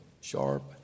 sharp